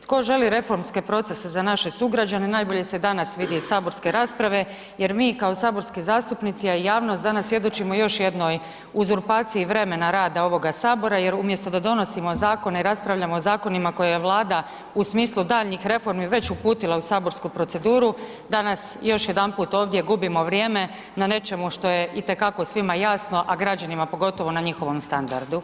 Tko želi reformske procese za naše sugrađane, najbolje se danas vidi iz saborske rasprave jer mi kao saborski zastupnici, a i javnost danas svjedočimo još jednoj uzurpaciji vremena rada ovoga Sabora jer umjesto da donosimo zakone, raspravljamo o zakonima koje je Vlada u smislu daljnjih reformi već uputila u saborsku proceduru, danas još jedanput ovdje gubimo vrijeme na nečemu što je i te kako svima jasno, a građanima pogotovo na njihovom standardu.